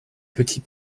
petit